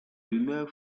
rumeurs